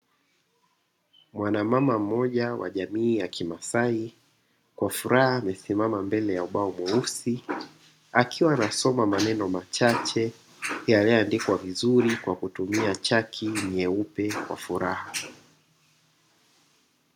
Mwanamama mmoja wa jamii ya kimasai kwa furaha amesimama mbele ya ubao mweusi, akiwa anasoma maneno machache yaliyoandikwa vizuri kwa kutumia chaki nyeupe kwa furaha.